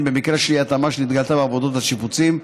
במקרה של אי-התאמה שנתגלתה בעבודת השיפוצים.